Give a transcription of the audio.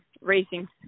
racing